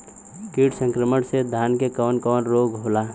कीट संक्रमण से धान में कवन कवन रोग होला?